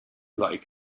like